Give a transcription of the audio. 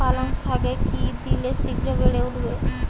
পালং শাকে কি দিলে শিঘ্র বেড়ে উঠবে?